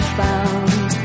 found